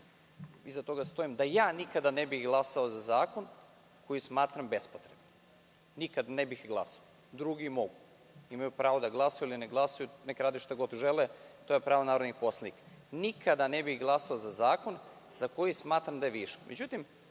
iza toga stojim da ja nikada ne bih glasao za zakon koji smatram bespotrebnim. Nikad ne bih glasao. Drugi mogu i imaju pravo da glasaju ili ne glasaju, neka rade šta god žele, to je pravo narodnih poslanika. Nikada ne bih glasao za zakon za koji smatram da je višak,